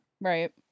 Right